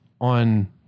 on